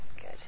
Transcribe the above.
Good